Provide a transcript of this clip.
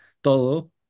todo